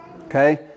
Okay